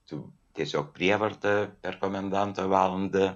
tu tiesiog prievarta per komendanto valandą